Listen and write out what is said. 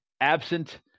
absent